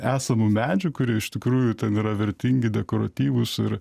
esamų medžių kurie iš tikrųjų ten yra vertingi dekoratyvūs ir